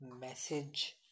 message